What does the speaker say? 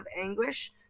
anguish